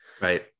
Right